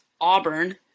Auburn